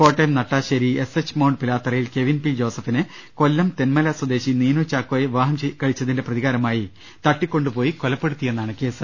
Kottayam Nattasseri SH mount പിലാത്തറയിൽ Kevin P ജോസഫിനെ കൊല്ലം തെന്മല സ്വദേശി നീനു ചാക്കോയെ വിവാഹം കഴിച്ചതിന്റെ പ്രതികാരമായി തട്ടിക്കൊണ്ടുപോയി കൊലപ്പെടുത്തിയെന്നാണ് കേസ്